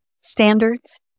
standards